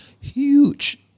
huge